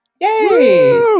Yay